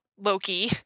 Loki